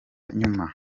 nyuma